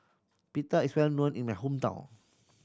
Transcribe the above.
pita is well known in my hometown